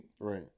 Right